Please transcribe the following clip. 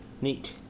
Neat